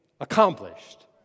accomplished